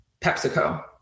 PepsiCo